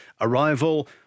arrival